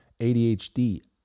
ADHD